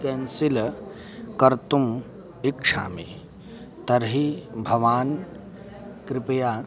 cancel कर्तुम् इच्छामि तर्हि भवान् कृपया